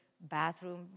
bathroom